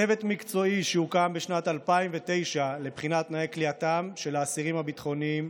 צוות מקצועי שהוקם בשנת 2009 לבחינת תנאי כליאתם של האסירים הביטחוניים